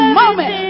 moment